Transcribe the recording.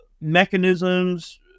mechanisms